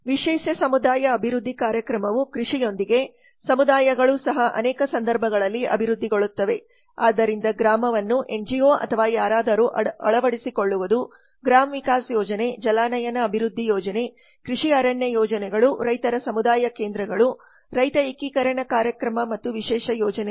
ವಿಶೇಷ ಸಮುದಾಯ ಅಭಿವೃದ್ಧಿ ಕಾರ್ಯಕ್ರಮವು ಕೃಷಿಯೊಂದಿಗೆ ಸಮುದಾಯಗಳು ಸಹ ಅನೇಕ ಸಂದರ್ಭಗಳಲ್ಲಿ ಅಭಿವೃದ್ಧಿಗೊಳ್ಳುತ್ತವೆ ಆದ್ದರಿಂದ ಗ್ರಾಮವನ್ನು ಎನ್ಜಿಒ ಅಥವಾ ಯಾರಾದರೂ ಅಳವಡಿಸಿಕೊಳ್ಳುವುದು ಗ್ರಾಮ ವಿಕಾಸ್ ಯೋಜನೆ ಜಲಾನಯನ ಅಭಿವೃದ್ಧಿ ಯೋಜನೆ ಕೃಷಿ ಅರಣ್ಯ ಯೋಜನೆಗಳು ರೈತರ ಸಮುದಾಯ ಕೇಂದ್ರಗಳು ರೈತ ಏಕೀಕರಣ ಕಾರ್ಯಕ್ರಮ ಮತ್ತು ವಿಶೇಷ ಯೋಜನೆಗಳು